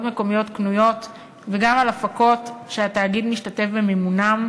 מקומיות קנויות ועל הפקות שהתאגיד משתתף במימונן,